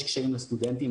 יש קשיים לסטודנטים,